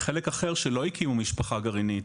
חלק אחר שלא הקימו משפחה גרעינית,